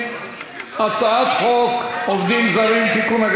הצעת חוק עובדים זרים (תיקון,